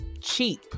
cheap